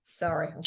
Sorry